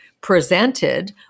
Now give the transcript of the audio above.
presented